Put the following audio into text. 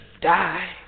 die